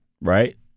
right